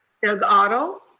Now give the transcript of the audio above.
doug otto?